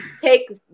take